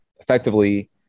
effectively